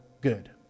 good